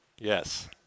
Yes